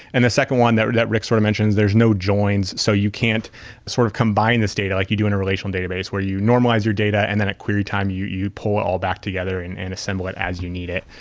and the second one that that rick sort of mentioned is there's no joins. so you can't sort of combine this data like you do in a relational database where you normalize your data and then at query time you you pull it all back together and and assemble it as you need it.